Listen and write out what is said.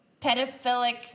pedophilic